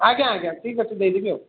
ଆଜ୍ଞା ଆଜ୍ଞା ଠିକ୍ ଅଛି ଦେଇଦେବି ଆଉ